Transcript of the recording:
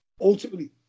Ultimately